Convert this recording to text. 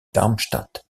darmstadt